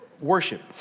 worship